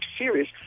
serious